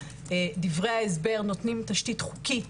דברי ההסבר נותנים תשתית חוקית